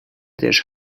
też